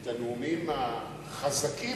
את הנאומים החזקים,